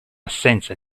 assenza